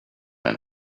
man